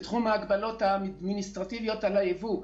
בתחום ההגבלות האדמיניסטרטיביות על היבוא.